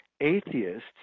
atheists